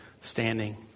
standing